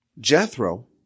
Jethro